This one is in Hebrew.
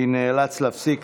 אני נאלץ להפסיק,